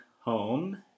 home